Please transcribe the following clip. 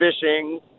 fishing